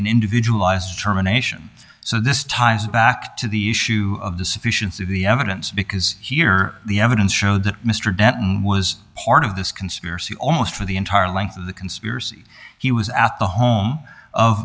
an individualized terminations so this ties back to the issue of the sufficiency of the evidence because here the evidence showed that mr denton was part of this conspiracy almost for the entire length of the conspiracy he was at the home of